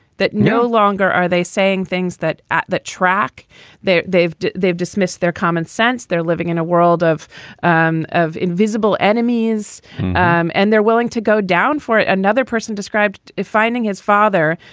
that no longer are they saying things that at that track they've they've dismissed their common sense. they're living in a world of um of invisible enemies um and they're willing to go down for it. another person described it, finding his father,